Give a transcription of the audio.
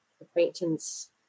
acquaintance